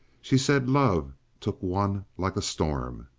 she said love took one like a storm